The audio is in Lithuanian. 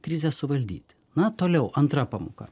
krizę suvaldyti na toliau antra pamoka